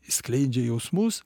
išskleidžia jausmus